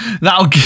that'll